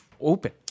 open